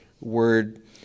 word